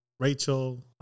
Rachel